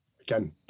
again